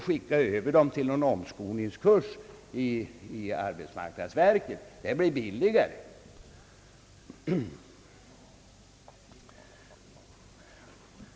Skicka över dem till någon omskolningskurs hos arbetsmarknadsverket i stället, ty det blir billigare.